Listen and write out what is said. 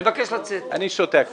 אני שותק עכשיו.